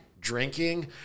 drinking